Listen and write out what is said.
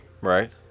Right